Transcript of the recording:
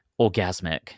orgasmic